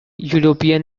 european